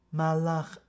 Malach